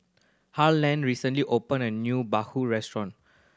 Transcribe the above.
Harland recently opened a new bahu restaurant